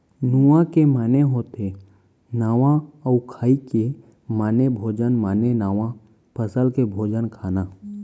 नुआ के माने होथे नवा अउ खाई के माने भोजन माने नवा फसल के भोजन खाना